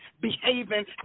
behaving